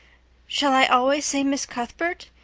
shall i always say miss cuthbert?